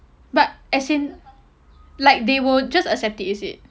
but as in like they will just accept it is it